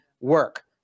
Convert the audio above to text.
work